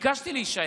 ביקשתי להישאר,